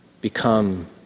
become